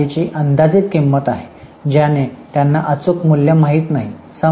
ही यादीची अंदाजित किंमत आहे ज्याचे त्यांना अचूक मूल्य माहित नाही